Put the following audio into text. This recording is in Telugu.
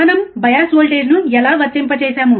మనం బయాస్ వోల్టేజ్ను ఎలా వర్తింపజేస్తాము